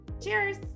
cheers